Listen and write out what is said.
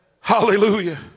Hallelujah